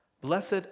Blessed